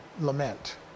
lament